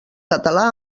català